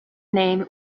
name